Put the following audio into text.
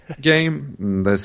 game